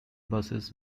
buses